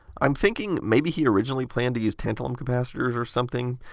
i'm thinking maybe he originally planned to use tantalum capacitors or something.